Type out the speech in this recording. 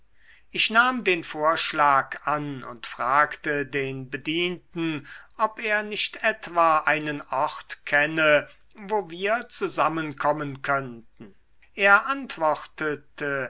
ich nahm den vorschlag an und fragte den bedienten ob er nicht etwa einen ort kenne wo wir zusammenkommen könnten er antwortete